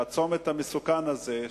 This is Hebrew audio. שהצומת המסוכן הזה,